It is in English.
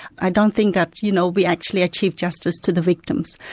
i don't think that you know we actually achieve justice to the victims.